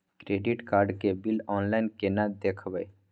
Credit card के bill online केना देखबय?